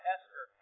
Esther